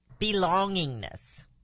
Belongingness